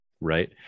right